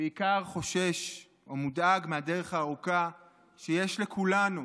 ובעיקר חושש או מודאג מהדרך הארוכה שיש לכולנו,